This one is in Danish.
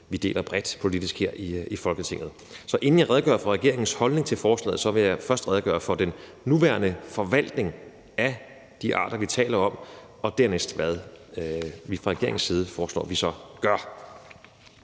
vi deler bredt politisk her i Folketinget. Så inden jeg redegør for regeringens holdning til forslaget, vil jeg først redegøre for den nuværende forvaltning af de arter, vi taler om, og dernæst, hvad vi fra regeringens side foreslår vi så gør.